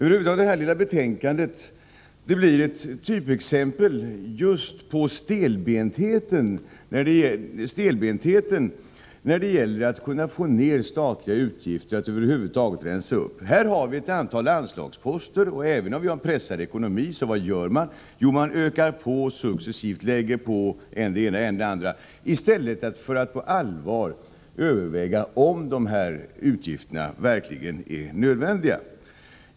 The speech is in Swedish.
Det här lilla betänkandet blir ett typexempel på stelbenthet när det gäller att få ner statliga utgifter och över huvud taget rensa upp. Här har vi ett antal anslagsposter, vi har pressad ekonomi, och vad gör man? Jo, man ökar på successivt, lägger på än det ena, än det andra, i stället för att på allvar överväga om de här utgifterna verkligen är nödvändiga.